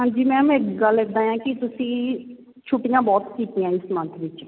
ਹਾਂਜੀ ਮੈਮ ਇੱਕ ਗੱਲ ਇੱਦਾਂ ਹੈ ਕਿ ਤੁਸੀਂ ਛੁੱਟੀਆਂ ਬਹੁਤ ਕੀਤੀਆਂ ਇਸ ਮੰਥ ਵਿੱਚ